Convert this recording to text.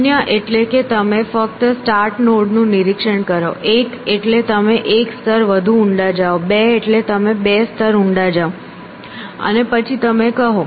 0 એટલે કે તમે ફક્ત સ્ટાર્ટ નોડનું નિરીક્ષણ કરો 1 એટલે તમે એક સ્તર વધુ ઊંડા જાઓ 2 એટલે તમે બે સ્તર ઊંડા જાઓ અને પછી તમે કહો